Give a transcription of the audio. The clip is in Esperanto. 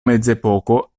mezepoko